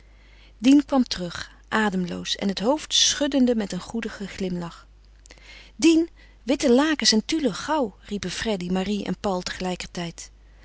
dien kwam terug ademloos en het hoofd schuddende met een goedigen glimlach dien witte lakens en tulle gauw riepen freddy marie en paul tegelijkertijd